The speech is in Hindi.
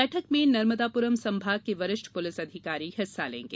बैठक में नर्मदाप्रम संभाग के वरिष्ठ पुलिस अधिकारी हिस्सा लेंगे